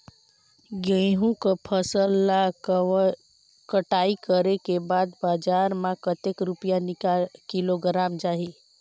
गंहू के फसल ला कटाई करे के बाद बजार मा कतेक रुपिया किलोग्राम जाही?